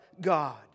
God